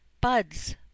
Buds